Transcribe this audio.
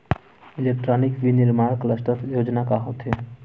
Electronic विनीर्माण cluster योजना का होथे?